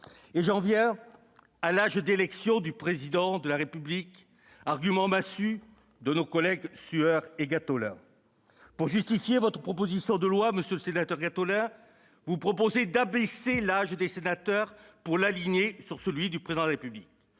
J'en viens à l'âge d'éligibilité du Président de la République, argument massue de nos collègues Sueur et Gattolin. Pour justifier votre proposition de loi organique, monsieur le sénateur Gattolin, vous proposez d'abaisser l'âge d'éligibilité des sénateurs pour l'aligner sur celui du Président de la République,